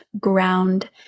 ground